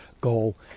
goal